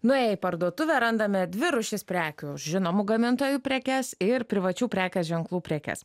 nuėję į parduotuvę randame dvi rūšis prekių žinomų gamintojų prekes ir privačių prekės ženklų prekes